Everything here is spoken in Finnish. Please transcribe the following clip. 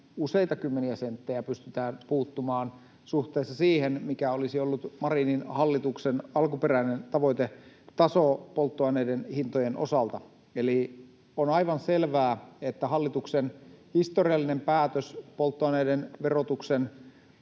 useita kymmeniä senttejä pystytään puuttumaan suhteessa siihen, mikä olisi ollut Marinin hallituksen alkuperäinen tavoitetaso polttoaineiden hintojen osalta. Eli on aivan selvää, että hallituksen historiallinen päätös polttoaineiden verotuksen